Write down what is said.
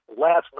last